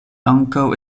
ankaŭ